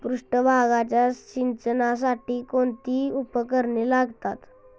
पृष्ठभागाच्या सिंचनासाठी कोणती उपकरणे लागतात?